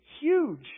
huge